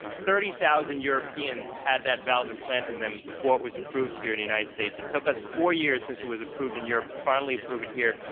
thirty thousand europeans had that valve implanted in them before it was approved here in the united states. it took us four years since it was approved in europe to finally approve it here.